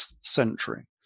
century